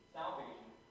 salvation